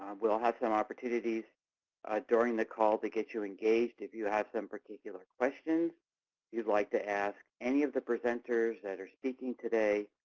um we'll have some opportunities during the call to get you engaged if you have some particular questions you'd like to ask any of the presenters that are speaking today.